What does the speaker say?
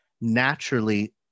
naturally